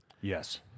yes